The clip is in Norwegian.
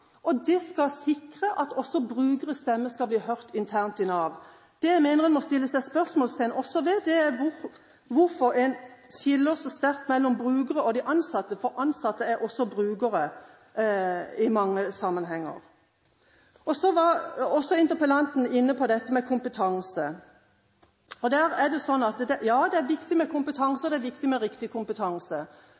Det skal sikre at også brukernes stemme skal bli hørt internt i Nav. Det jeg mener en også må stille seg spørsmål om, er hvorfor en skiller så sterkt mellom brukere og de ansatte, for ansatte er også brukere i mange sammenhenger. Så var også interpellanten inne på dette med kompetanse. Ja, det er viktig med kompetanse, og det er viktig med riktig kompetanse.